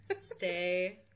stay